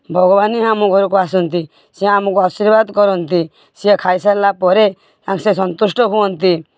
ଭଗବାନ ହିଁ ଆମ ଘରକୁ ଆସନ୍ତି ସିଏ ଆମକୁ ଆଶୀର୍ବାଦ କରନ୍ତି ସିଏ ଖାଇ ସାରିଲା ପରେ ସେ ସନ୍ତୁଷ୍ଟ ହୁଅନ୍ତି